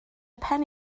pen